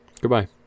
Goodbye